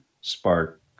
spark